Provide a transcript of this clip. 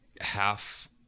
half